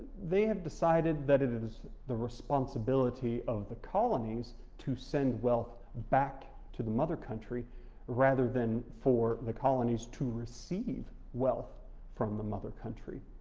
they have decided that it is the responsibility of the colonies to send wealth back to the mother country rather than for the colonies to receive wealth from the mother country.